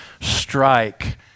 strike